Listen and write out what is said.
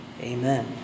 Amen